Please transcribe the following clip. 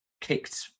kicked